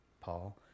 Paul